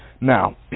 Now